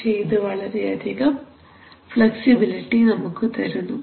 പക്ഷേ ഇത് വളരെയധികം ഫ്ലെക്സിബിലിറ്റി നമുക്ക് തരുന്നു